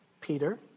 Peter